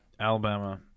Alabama